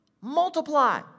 multiply